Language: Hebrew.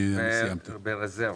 רזרבה?